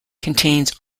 contains